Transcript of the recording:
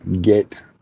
get